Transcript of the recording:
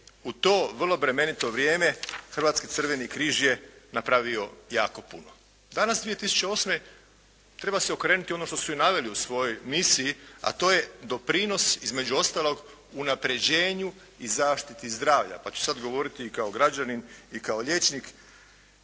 u to vrlo bremenito vrijeme Hrvatski crveni križ je napravio jako puno. Danas 2008. treba se okrenuti ono što su i naveli u svojoj misiji a to je doprinos između ostalog unapređenju i zaštiti zdravlja, pa ću sad govoriti i kao građanin i kao liječnik.